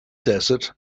desert